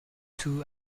two